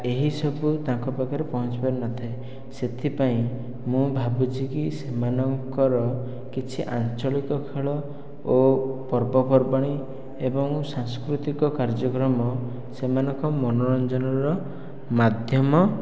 ଏହିସବୁ ତାଙ୍କ ପାଖରେ ପହଞ୍ଚିପାରି ନଥାଏ ସେଥିପାଇଁ ମୁଁ ଭାବୁଛି କି ସେମାନଙ୍କର କିଛି ଆଞ୍ଚଳିକ ଖେଳ ଓ ପର୍ବପର୍ବାଣି ଏବଂ ସାଂସ୍କୃତିକ କାର୍ଯ୍ୟକ୍ରମ ସେମାନଙ୍କ ମନୋରଞ୍ଜନର ମାଧ୍ୟମ